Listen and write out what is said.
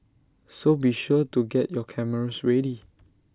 so be sure to get your cameras ready